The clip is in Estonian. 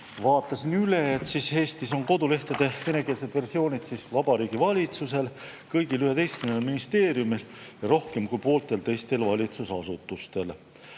Vaatasin üle, et Eestis on kodulehtede venekeelsed versioonid Vabariigi Valitsusel, kõigil 11 ministeeriumil ja rohkem kui pooltel teistel valitsusasutustel.